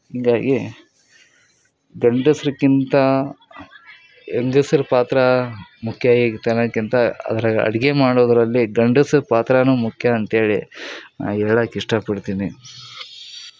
ಹಿಂಗಾಗಿ ಗಂಡಸ್ರಗಿಂತ ಹೆಂಗಸ್ರ್ ಪಾತ್ರ ಮುಖ್ಯ ಐತೆ ಅನ್ನೋಕ್ಕಿಂತ ಅದ್ರಾಗೆ ಅಡುಗೆ ಮಾಡೋದರಲ್ಲಿ ಗಂಡಸ್ರ ಪಾತ್ರವೂ ಮುಖ್ಯ ಅಂತೇಳಿ ಹೇಳಕ್ ಇಷ್ಟಪಡ್ತೀನಿ